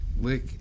lick